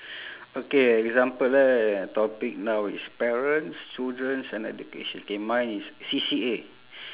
okay example eh topic now is parents children and education okay mine is C_C_A